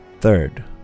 Third